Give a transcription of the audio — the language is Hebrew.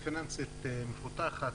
פיננסית מפותחת,